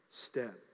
step